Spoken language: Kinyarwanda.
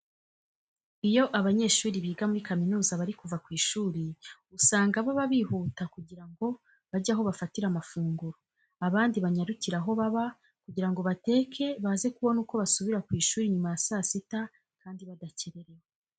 Iyo abanyeshuri biga muri kaminuza bari kuva ku ishuri usanga baba bihuta kugira ngo bajye aho bafatira amafunguro, abandi banyarukire aho baba kugira ngo bateke baze kubona uko basubira ku ishuri nyuma ya saa sita kandi badakererewe.